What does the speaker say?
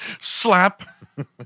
Slap